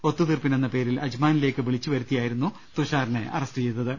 ഒത്തുതീർപ്പി നെന്ന പേരിൽ അജ്മാനിലേക്ക് വിളിച്ചുവരുത്തിയായിരുന്നു തുഷാറിനെ അറസ്റ്റ് ചെയ്തത്